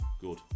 Good